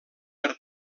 per